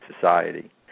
society